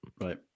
Right